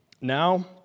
Now